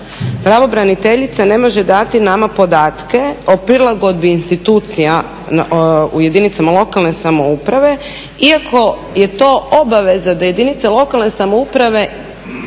Pravobraniteljica ne može dati nama podatke o prilagodbi institucija u jedinicama lokalne samouprave iako je to obaveza da jedinice lokalne samouprave